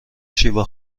شیوا